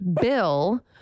bill